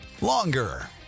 longer